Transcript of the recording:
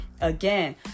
again